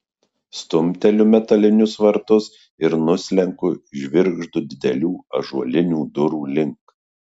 stumteliu metalinius vartus ir nuslenku žvirgždu didelių ąžuolinių durų link